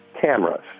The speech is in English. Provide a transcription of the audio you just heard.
cameras